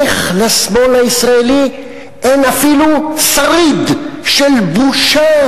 איך לשמאל הישראלי אין אפילו שריד של בושה